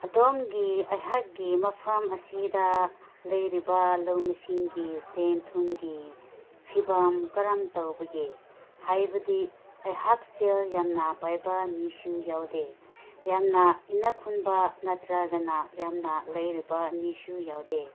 ꯑꯗꯣꯝꯒꯤ ꯑꯩꯍꯥꯛꯀꯤ ꯃꯐꯝ ꯑꯁꯤꯗ ꯂꯩꯔꯤꯕ ꯂꯧꯃꯤꯁꯤꯡꯒꯤ ꯁꯦꯟ ꯊꯨꯝꯒꯤ ꯐꯤꯕꯝ ꯀꯔꯝ ꯇꯧꯕꯒꯦ ꯍꯥꯏꯕꯗꯤ ꯑꯩꯍꯥꯛ ꯁꯦꯜ ꯌꯥꯝꯅ ꯄꯥꯏꯕ ꯃꯤꯁꯨ ꯌꯥꯎꯗꯦ ꯌꯥꯝꯅ ꯏꯅꯥꯛ ꯈꯨꯟꯕ ꯅꯠꯇ꯭ꯔꯒꯅ ꯌꯥꯝꯅ ꯂꯥꯏꯔꯕ ꯃꯤꯁꯨ ꯌꯥꯎꯗꯦ